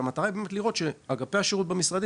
המטרה היא לראות שאגפי השירות במשרדים